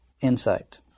insight